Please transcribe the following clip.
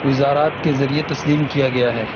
وزارات کے ذریعے تسلیم کیا گیا ہے